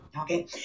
okay